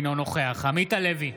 אינו נוכח עמית הלוי,